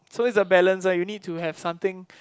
so is a balance lah you need to have something